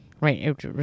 Right